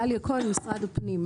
גליה כהן ממשרד הפנים.